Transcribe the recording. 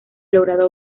logrado